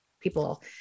People